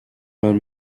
vingt